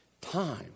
time